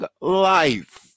life